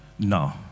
No